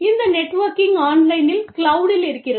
இந்த நெட்வொர்க்கிங் ஆன்லைனில் கிளவுடில் நடக்கிறது